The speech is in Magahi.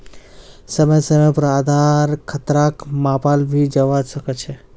समय समय पर आधार खतराक मापाल भी जवा सक छे